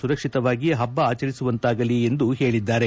ಸುರಕ್ಷಿತವಾಗಿ ಹಬ್ಬ ಆಚರಿಸುವಂತಾಗಲಿ ಎಂದು ಹೇಳಿದ್ದಾರೆ